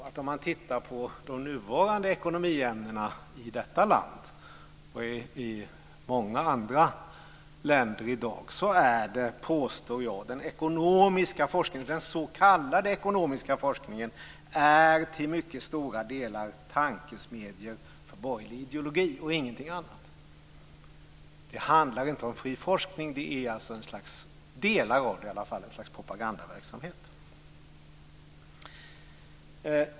Men om man tittar på de nuvarande ekonomiämnena i detta land och i många andra länder i dag ser man, påstår jag, att den s.k. ekonomiska forskningen till mycket stora delar är tankesmedjor för borgerlig ideologi och ingenting annat. Det handlar inte om fri forskning. I alla fall delar av den är ett slags propagandaverksamhet.